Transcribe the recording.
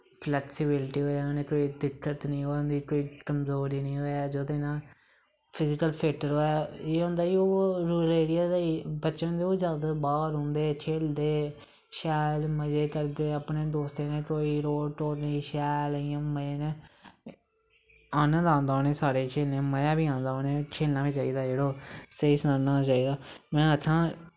flexibility होऐ उनें कोई दिक्कत निं होऐ कोई कमजोरी निं होऐ जेह्दे नै फिजिकल फिट्ट रवै एह् होंदा कि रूरल एरिया दा बच्चे होंदे ओह् जैदातर बाह्र रौंह्दे खेलदे शैल मजे करदे अपनें दोस्तैं नै कोई रोक टोक निं शैल इ'यां मजे नै आनें दा आंदा उनें सारें गी खेलनां दा मजा बी आंदा खेलनां बी चाही दा जरो स्हेई सनां में आक्खां